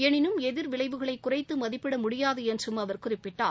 எனினும் எதிர்விளைவுகளை குறைத்து மதிப்பிட முடியாது என்றும் அவர் குறிப்பிட்டார்